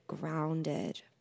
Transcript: grounded